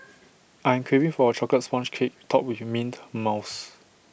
I'm craving for A Chocolate Sponge Cake Topped with Mint Mousse